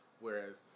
Whereas